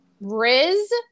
Riz